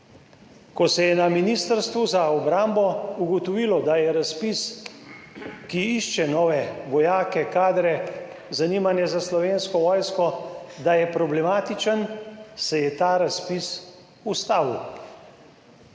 Ko se je na Ministrstvu za obrambo ugotovilo, da je razpis, ki išče nove vojake, kadre, zanimanje za Slovensko vojsko, da je problematičen, se je ta razpis ustavil.